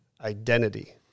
identity